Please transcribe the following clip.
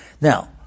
Now